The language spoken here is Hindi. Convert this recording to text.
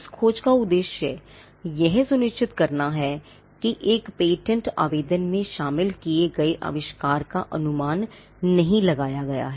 इस खोज का उद्देश्य यह सुनिश्चित करना है कि एक पेटेंट आवेदन में शामिल किए गए आविष्कार का अनुमान नहीं लगाया गया है